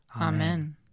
Amen